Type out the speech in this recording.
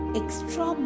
extra